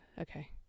Okay